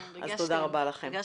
ריגשתם.